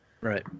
Right